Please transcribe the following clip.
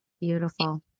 Beautiful